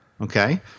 Okay